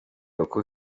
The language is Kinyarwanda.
uko